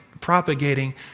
propagating